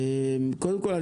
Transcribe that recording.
קודם כול,